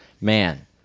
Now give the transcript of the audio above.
man